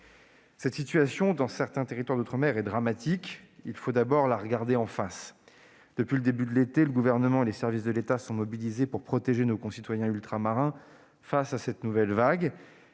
La situation, dans certains territoires d'outre-mer, est dramatique. Il faut d'abord la regarder en face. Depuis le début de l'été, le Gouvernement et les services de l'État sont mobilisés pour protéger nos concitoyens ultramarins face à cette nouvelle vague.